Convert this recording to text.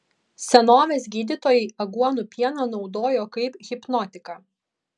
senovės gydytojai aguonų pieną naudojo kaip hipnotiką